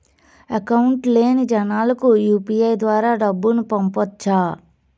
Account లేని జనాలకు UPI ద్వారా డబ్బును పంపొచ్చా?